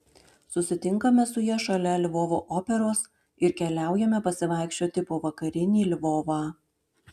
susitinkame su ja šalia lvovo operos ir keliaujame pasivaikščioti po vakarinį lvovą